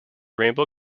rainbow